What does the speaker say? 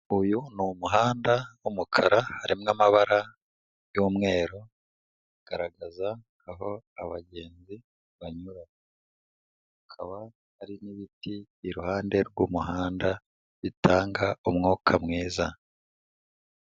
Uyu ni umuhanda w'umukara harimo amabara y'umweru agaragaza aho abagenzi banyura. Hakaba hari n'ibiti iruhande rw'umuhanda bitanga umwuka mwiza.